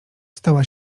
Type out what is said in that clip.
stała